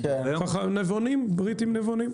בריטים נבונים.